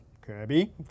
Kirby